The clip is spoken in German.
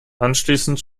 anschließend